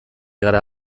gara